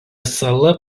sala